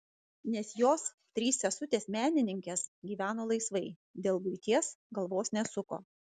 nes jos trys sesutės menininkės gyveno laisvai dėl buities galvos nesuko